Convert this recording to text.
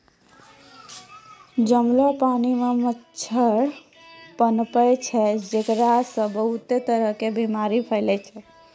जमलो पानी मॅ मच्छर पनपै छै जेकरा सॅ बहुत तरह के बीमारी फैलै छै